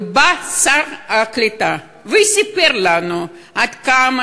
ובא שר העלייה והקליטה וסיפר לנו עד כמה